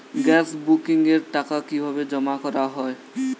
Gas বুকিংয়ের টাকা কিভাবে জমা করা হয়?